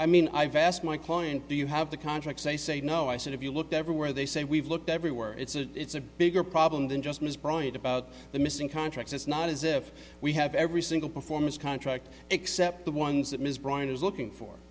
i mean i've asked my client do you have the contract say say no i said have you looked everywhere they say we've looked everywhere it's a it's a bigger problem than just ms bryant about the missing contracts it's not as if we have every single performance contract except the ones that ms bryant is looking for